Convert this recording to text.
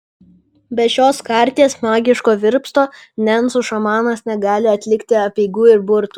be šios karties magiško virpsto nencų šamanas negali atlikti apeigų ir burtų